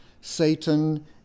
Satan